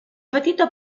petita